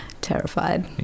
Terrified